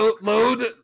Load